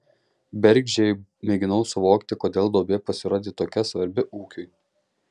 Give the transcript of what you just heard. bergždžiai mėginau suvokti kodėl duobė pasirodė tokia svarbi ūkiui